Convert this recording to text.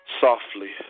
softly